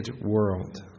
world